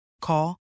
call